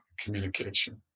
communication